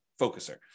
focuser